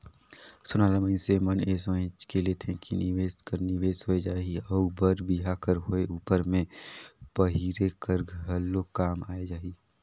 सोना ल मइनसे मन ए सोंएच के लेथे कि निवेस कर निवेस होए जाही अउ बर बिहा कर होए उपर में पहिरे कर घलो काम आए जाही